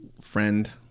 friend